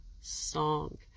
song